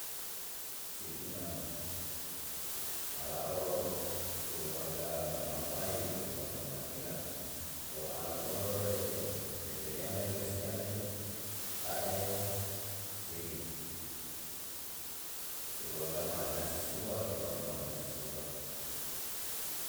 Si una ala olo keluarga manuwai keluarga ma'ahina lo an rore kepenia mele sinia merio. Ta'e si keluarga ma'ahina si sua keluarga manuwai si sua.